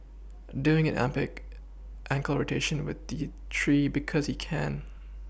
doing an epic ankle rotation with the tree because he can